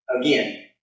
again